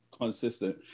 consistent